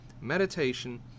meditation